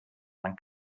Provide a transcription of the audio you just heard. man